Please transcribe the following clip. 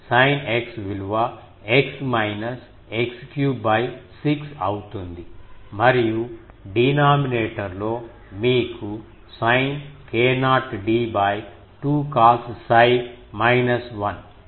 sin x విలువ x x3 6 అవుతుంది మరియు డినామినేటర్ లో మీకు సైన్ k0d 2 cos 𝜓 మైనస్ 1